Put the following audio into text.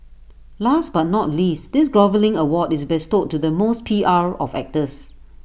last but not least this groveling award is bestowed to the most P R of actors